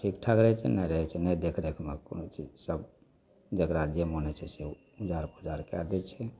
ठीकठाक रहै छै नहि रहै छै देखि रेखमे कोनो चीज तब जेकरा जे मन होइ छै से उजार पुजार कए दै छै